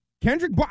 Kendrick